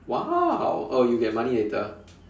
!wow! oh you get money later